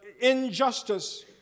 injustice